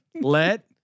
let